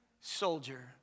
soldier